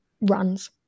runs